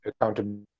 accountability